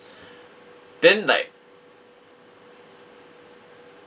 then like